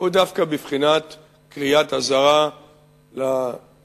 הוא בבחינת קריאת אזהרה לכנסת,